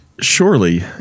surely